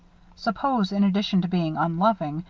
suppose, in addition to being unloving,